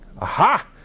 Aha